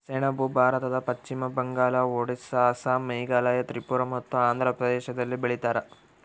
ಸೆಣಬು ಭಾರತದ ಪಶ್ಚಿಮ ಬಂಗಾಳ ಒಡಿಸ್ಸಾ ಅಸ್ಸಾಂ ಮೇಘಾಲಯ ತ್ರಿಪುರ ಮತ್ತು ಆಂಧ್ರ ಪ್ರದೇಶದಲ್ಲಿ ಬೆಳೀತಾರ